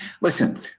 Listen